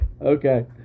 Okay